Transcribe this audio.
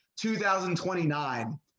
2029